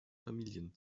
familien